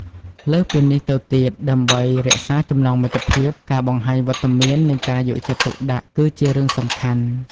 លើសពីនេះទៅទៀត ដើម្បីរក្សាចំណងមិត្តភាព ការបង្ហាញវត្តមាន និងការយកចិត្តទុកដាក់គឺជារឿងសំខាន់។